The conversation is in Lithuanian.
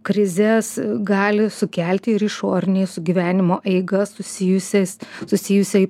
krizes gali sukelti ir išoriniai su gyvenimo eiga susijusiais susijusiai